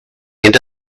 into